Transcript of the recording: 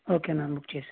okay ma'am okay